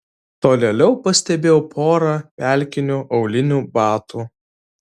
tolėliau pastebėjau porą pelkinių aulinių batų